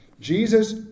Jesus